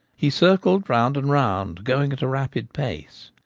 he circled round and round, going at a rapid pace.